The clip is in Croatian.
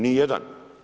Ni jedan.